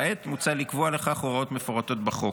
כעת מוצע לקבוע לכך הוראות מפורטות בחוק.